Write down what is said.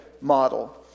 model